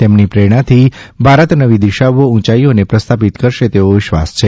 તેમની પ્રેરણાથી ભારત નવી દિશાઓ ઊંચાઈઓને પ્રસ્થાપિત કરશે તેવો વિશ્વાસ છે